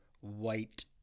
white